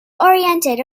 oriented